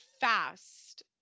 fast